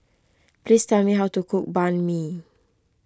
please tell me how to cook Banh Mi